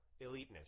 eliteness